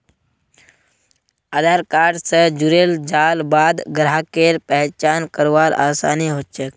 आधार card स जुड़ेल जाल बाद ग्राहकेर पहचान करवार आसानी ह छेक